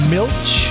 Milch